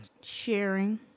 sharing